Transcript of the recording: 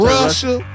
Russia